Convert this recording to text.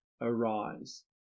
arise